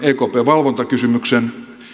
ekpn valvontakysymyksen